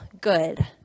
good